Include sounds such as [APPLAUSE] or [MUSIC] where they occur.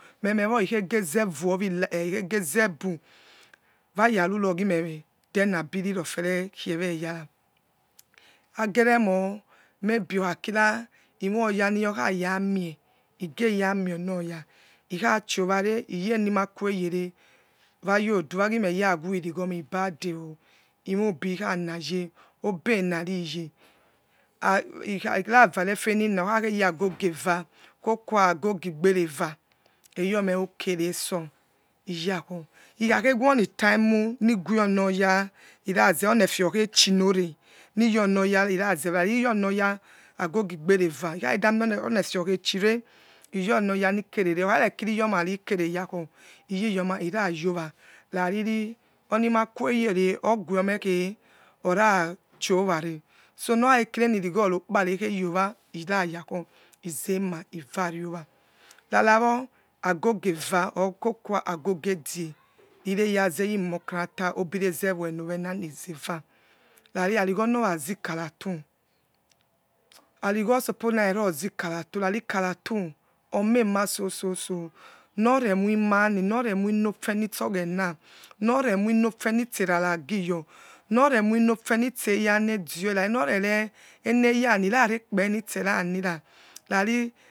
Memewo ikhegezevoi [HESITATION] ikhegzebu wara rurogimede abi rofiore kloyars ageremo mabre okhakira amoiyaniyakharamie igeramie onoya ikhachioware lyeningakue yrere wagode gimeyawe irighomel i badeo imobi khanaye, obenariye het na kave efening okha kheya gogo, eva kokta agogo igbereva eyomeok resor lyakho ikhakhe wonis emy niguenoys onefe oke chinore niyonoya irazeiben ratiyonoya agogi igberever likhadamieonepe okhesive lyonoya mikerere okhenere kirt ilyomankere yuko lylyommah rayowo ravirionima keyeyere guomekhe ortachia ware so nokha khe kira enirighiorokupa rekhe yowa rayakho izema ivareowa nanawo ago go exa kokua agog edge ringze yimokavets obicesevenowenanizeda ari aroghonorazikanaty drigho a sapore karerozikaraty omemasososo nor ne moimani noremuinofenistur oghe na nor remoinofe notre engrasiyor for reisiniofe nist eyenedori nor e eneyana inakpenistiera nira nari.